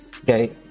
Okay